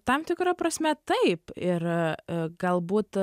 tam tikra prasme taip ir galbūt